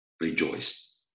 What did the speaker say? rejoiced